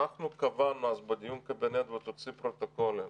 אנחנו קבענו אז בדיון קבינט, ותוציא פרוטוקולים,